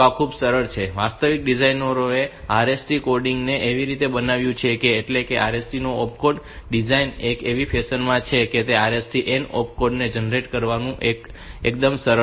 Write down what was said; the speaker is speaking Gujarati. તો આ ખૂબ જ સરળ છે અને વાસ્તવમાં ડિઝાઇનરોએ આ RST કોડિંગ ને એવી રીતે બનાવ્યું છે કે એટલે કે RST ની ઓપકોડ ડિઝાઇન એવી ફેશન માં છે કે RST n ઓપકોડ જનરેટ કરવાનું એકદમ સરળ છે